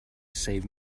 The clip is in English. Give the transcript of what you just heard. save